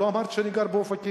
לא אמרתי שאני גר באופקים.